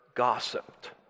gossiped